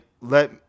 let